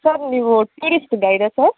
sir ನೀವು tourist ಗೈಡಾ sir